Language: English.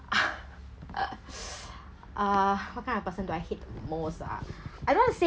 uh what kind of person do I hate the most ah I don't want to say